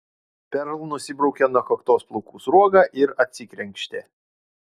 perl nusibraukė nuo kaktos plaukų sruogą ir atsikrenkštė